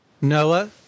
Noah